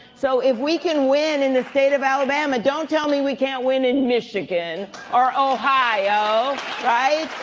so if we can win in the state of alabama, don't tell me we can't win in michigan or ohio, right?